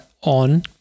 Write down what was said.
on